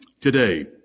today